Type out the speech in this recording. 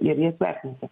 ir jas vertinti